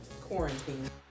quarantine